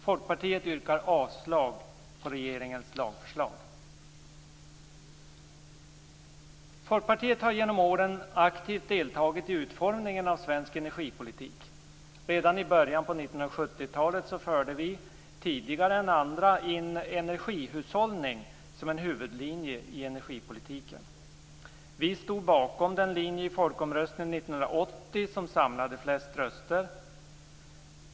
Folkpartiet yrkar avslag på regeringens lagförslag. Folkpartiet har genom åren aktivt deltagit i utformningen av svensk energipolitik. Redan i början av 1970-talet förde vi, tidigare än andra, in energihushållning som en huvudlinje i energipolitiken. Vi stod bakom den linje i folkomröstningen år 1980 som samlade flest röster.